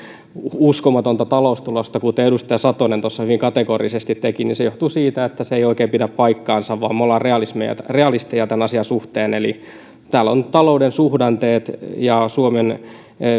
uskomatonta taloustulosta kuten edustaja satonen tuossa hyvin kategorisesti teki johtuu siitä että se ei oikein pidä paikkaansa me olemme realisteja realisteja tämän asian suhteen eli tässä on talouden suhdanteet ja suomi